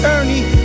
Ernie